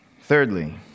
Thirdly